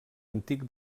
antic